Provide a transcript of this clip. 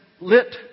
lit